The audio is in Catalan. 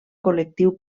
col·lectiu